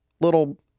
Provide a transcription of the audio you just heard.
little